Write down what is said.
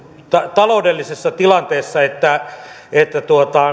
taloudellisessa tilanteessa että että